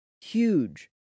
huge